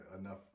enough